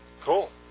Cool